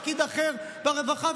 לפקיד אחר ברווחה,